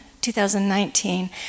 2019